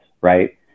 right